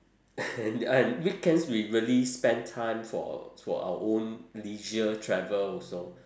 and I am weekends we really spend time for for our own leisure travel also